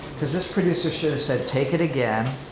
cause this producer should've said take it again.